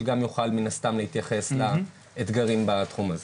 שגם יוכל מן הסתם להתייחס לאתגרים בתחום הזה.